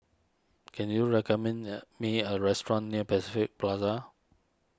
can you recommend a me a restaurant near Pacific Plaza